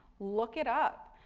look it up.